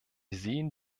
sehen